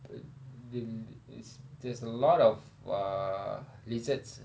uh the it's there's a lot of uh lizards